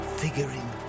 figuring